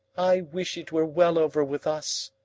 i wish it were well over with us,